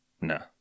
No